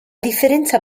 differenza